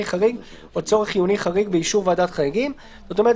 חריג או צורך חיוני חריג באישור וועדת חריגים." זאת אומרת,